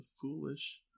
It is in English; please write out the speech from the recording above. foolish